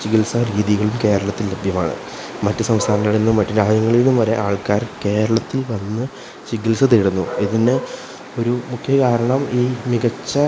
ചികിത്സാ രീതികളും കേരളത്തിൽ ലഭ്യമാണ് മറ്റ് സംസ്ഥാനങ്ങളിലും മറ്റ് രാജ്യങ്ങളിലും വരെ ആൾക്കാർ കേരളത്തിൽ വന്ന് ചികിത്സ തേടുന്നു ഇതിന് ഒരു മുഖ്യ കാരണം ഈ മികച്ച